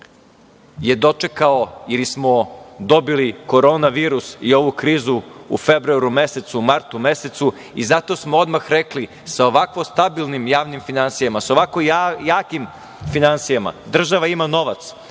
je dočekao ili smo dobili koronavirus i ovu krizu u februaru mesecu, martu mesecu, i zato smo odmah rekli - sa ovako stabilnim javnim finansijama, sa ovako jakim finansijama, država ima novac,